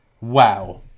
Wow